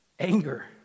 Anger